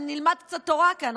נלמד קצת תורה כאן,